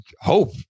hope